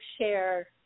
share